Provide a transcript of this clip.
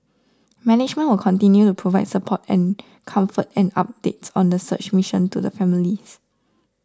management will continue to provide support and comfort and updates on the search mission to the families